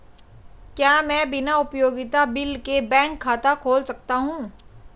क्या मैं बिना उपयोगिता बिल के बैंक खाता खोल सकता हूँ?